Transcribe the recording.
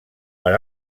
per